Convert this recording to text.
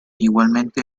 igualmente